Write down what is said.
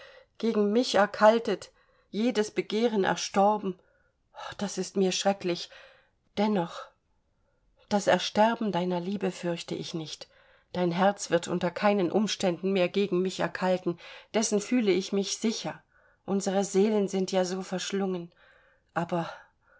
gegen mich erkaltet jedes begehren erstorben das ist mir schrecklich dennoch das ersterben deiner liebe fürchte ich nicht dein herz wird unter keinen umständen mehr gegen mich erkalten dessen fühle ich mich sicher unsere seelen sind ja so verschlungen aber